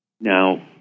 Now